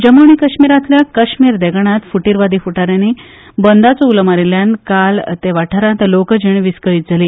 जम्मू आनी काश्मीरांतल्या काश्मीर देगणांत फुटीरवादी फूडा यानी बंदाचो उलो मारिल्ल्यान काल ते वाठांरात लोकजीण विस्कळीत जाली